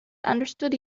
understood